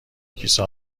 کیسه